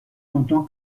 تندتند